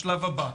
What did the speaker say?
השלב הבא.